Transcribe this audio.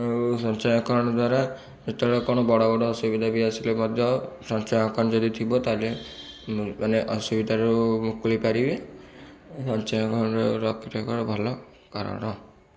ଆଉ ସଞ୍ଚୟ ଆକାଉଣ୍ଟ ଦ୍ୱାରା ଯେତେବେଳେ କ'ଣ ବଡ଼ ବଡ଼ ଅସୁବିଧା ବି ଆସିଲେ ମଧ୍ୟ ସଞ୍ଚୟ ଆକାଉଣ୍ଟ ଯଦି ଥିବ ତା'ହେଲେ ମାନେ ଅସୁବିଧାରୁ ମୁକୁଳି ପାରିବେ ସଞ୍ଚୟ ଆକାଉଣ୍ଟ ରଖିଲେ କ'ଣ ଭଲ କାରଣ